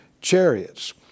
chariots